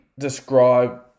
Describe